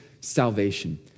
salvation